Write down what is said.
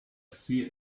see